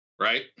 right